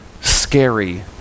scary